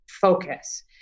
focus